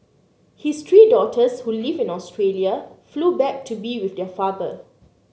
his three daughters who live in Australia flew back to be with their father